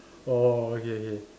oh okay okay